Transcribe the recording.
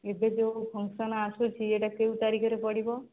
ଏବେ ଯେଉଁ ଫଙ୍କସନ୍ ଆସୁଛି ଏଇଟା କେଉଁ ତାରିଖରେ ପଡ଼ିବ